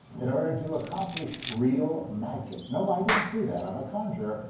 in order to accomplish real magic. no, i don't do that i'm a conjurer,